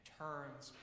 turns